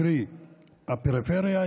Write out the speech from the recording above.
קרי הפריפריה,